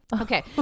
Okay